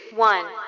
One